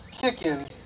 kicking